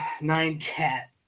nine-cat